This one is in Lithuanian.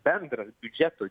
bendras biudžeto